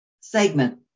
segment